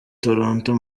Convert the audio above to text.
toronto